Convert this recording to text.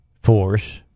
force